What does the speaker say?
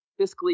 fiscally